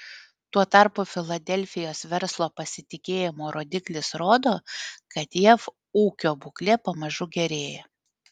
tuo tarpu filadelfijos verslo pasitikėjimo rodiklis rodo kad jav ūkio būklė pamažu gerėja